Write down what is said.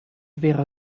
wäre